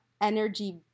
energy